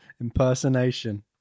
impersonation